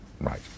Right